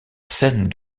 scène